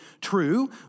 true